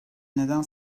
neden